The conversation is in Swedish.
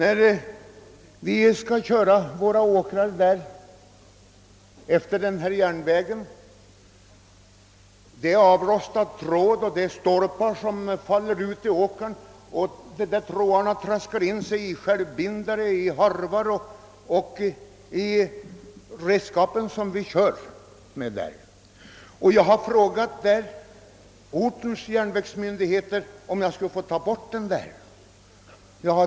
Då vi kör på våra åkrar längs med järnvägen stöter vi på avrostad tråd och stolpar som fallit ned på åkern. Trådarna trasslar in sig i skördetröskor, harvar och annat som vi kör med. Jag har frågat ortens järnvägsmyndigheter om jag fick ta bort det där.